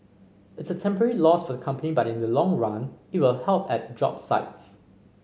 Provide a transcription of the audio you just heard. it's a temporary loss for the company but in the long run it will help at job sites